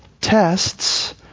tests